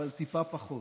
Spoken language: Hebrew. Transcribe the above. אבל טיפה פחות,